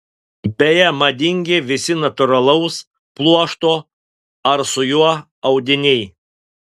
beje madingi visi natūralaus pluošto ar su juo audiniai